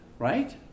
right